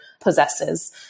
possesses